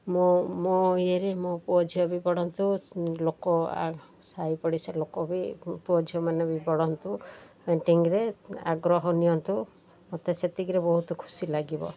ମୋ ମୋ ଇଏରେ ମୋ ପୁଅ ଝିଅ ବି ପଢ଼ନ୍ତୁ ଲୋକ ସାହି ପଡ଼ିଶା ଲୋକ ବି ପୁଅ ଝିଅମାନେ ବି ବଢ଼ନ୍ତୁ ପେଣ୍ଟିଙ୍ଗରେ ଆଗ୍ରହ ନିଅନ୍ତୁ ମୋତେ ସେତିକିରେ ବହୁତ ଖୁସି ଲାଗିବ